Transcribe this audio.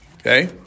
Okay